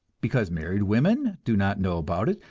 because married women do not know about it,